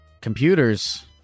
computers